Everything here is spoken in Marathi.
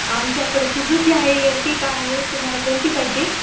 आमच्याकडे सुजूकी आहे एरटीका आहे तुम्हाला कोणती पाहिजे